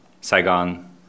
Saigon